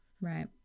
Right